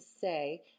say